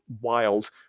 wild